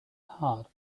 heart